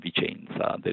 Vicenza